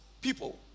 people